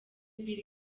bill